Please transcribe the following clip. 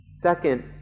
Second